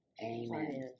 amen